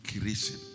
creation